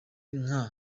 nka